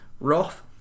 Roth